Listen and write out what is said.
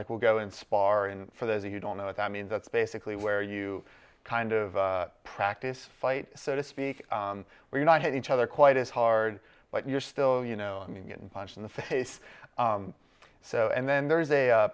like we'll go and spar and for those who don't know what i mean that's basically where you kind of practice fight so to speak where you're not hit each other quite as hard but you're still you know i mean getting punched in the face so and then there is a